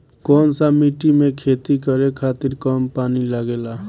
कौन सा मिट्टी में खेती करे खातिर कम पानी लागेला?